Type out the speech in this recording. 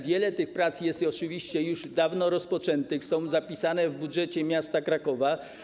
Wiele tych prac jest oczywiście już dawno rozpoczętych, są zapisane w budżecie miasta Krakowa.